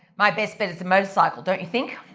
my best bet is a motorcycle, don't you think?